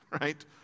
right